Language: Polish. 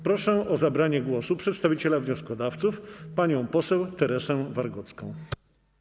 Proszę o zabranie głosu przedstawiciela wnioskodawców panią poseł Teresę Wargocką.